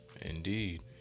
indeed